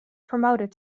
promoted